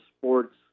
sports